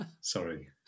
sorry